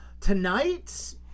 Tonight